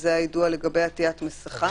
שזה היידוע לגבי עטיית מסכה.